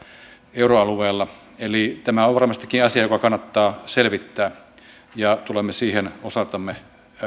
euroalueella eli tämä on varmastikin asia joka kannattaa selvittää ja tulemme siihen osaltamme